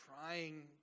trying